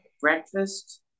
breakfast